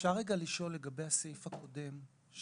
אפשר לשאול לגבי הסעיף הקודם?